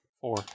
four